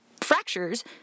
fractures